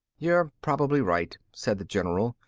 you're probably right, said the general,